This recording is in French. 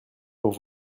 pour